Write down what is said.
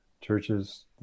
churches